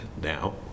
now